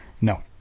No